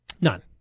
None